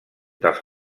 dels